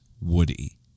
Woody